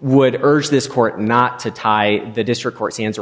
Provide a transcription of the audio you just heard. would urge this court not to tie the district court's answer